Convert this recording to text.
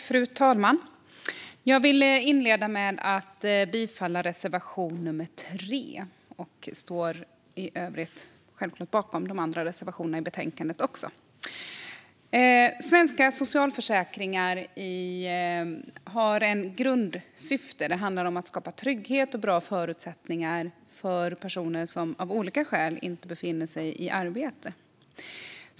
Fru talman! Jag vill inleda med att yrka bifall till reservation nr 3. Jag står självklart också bakom våra andra reservationer i betänkandet. Svenska socialförsäkringar har ett grundsyfte. Det handlar om att skapa trygghet och bra förutsättningar för personer som av olika skäl inte befinner sig i arbete.